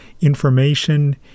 information